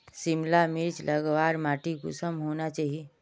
सिमला मिर्चान लगवार माटी कुंसम होना चही?